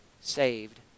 saved